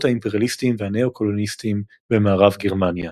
האימפריאליסטיים והנאו-קולוניאליסטיים במערב גרמניה".